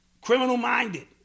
Criminal-minded